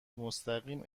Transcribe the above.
مستقیم